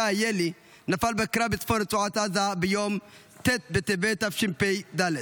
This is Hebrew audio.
שי איילי נפל בקרב ברצועת עזה ביום ט' בטבת תשפ"ד.